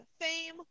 fame